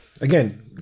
Again